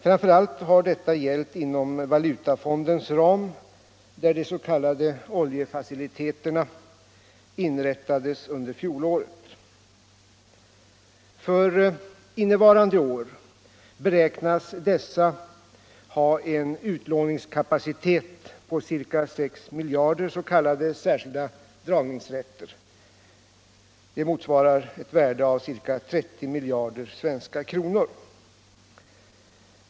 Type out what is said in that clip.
Framför allt har detta gällt inom valutafondens ram, där de s.k. oljefaciliteterna inrättades under fjolåret. För innevarande år beräknas dessa ha en utlåningskapacitet på ca 6 miljarder s.k. särskilda dragningsrätter. Det motsvarar ett värde av ca 30 miljarder svenska kronor.